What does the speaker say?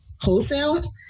wholesale